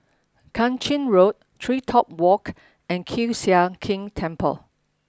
Kang Ching Road TreeTop Walk and Kiew Sian King Temple